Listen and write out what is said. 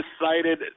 decided